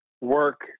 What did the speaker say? work